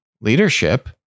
leadership